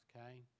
okay